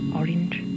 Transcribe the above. orange